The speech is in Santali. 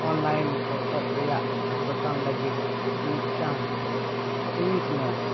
ᱚᱱᱞᱟᱭᱤᱱ ᱯᱚᱛᱚᱵ ᱨᱮᱭᱟᱜ ᱫᱳᱠᱟᱱ ᱞᱟᱹᱜᱤᱫ ᱢᱤᱫᱴᱟᱝ ᱴᱩᱭᱤᱴ ᱢᱮ